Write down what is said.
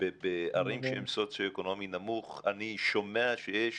בערים עם סוציו-אקונומי נמוך, אני שומע שיש